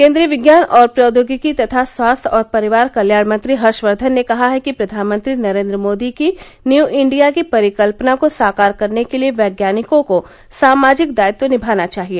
केन्द्रीय विज्ञान और प्रौद्योगिकी तथा स्वास्थ्य और परिवार कल्याण मंत्री हर्षवर्धन ने कहा है कि प्रधानमंत्री नरेन्द्र मोदी की न्यू इंडिया की परिकल्पना को साकार करने के लिए वैज्ञानिकों को सामाजिक दायित्व निभाना चाहिए